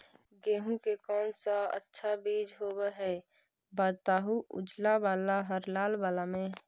गेहूं के कौन सा अच्छा बीज होव है बताहू, उजला बाल हरलाल बाल में?